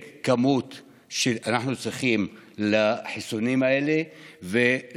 את הכמות של החיסונים האלה שאנחנו צריכים,